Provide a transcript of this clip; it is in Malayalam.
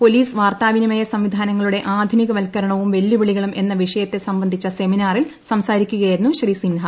പോലീസ് വാർത്താവിനിമയ സംവിധാനങ്ങളുടെ ആധുനികവൽക്ക രണവും വെല്ലുവിളികളും എന്ന വിഷയത്തെ സംബന്ധിച്ച സെമിനാറിൽ സംസാരിക്കുകയായിരുന്നു ശ്രീസിൻഹ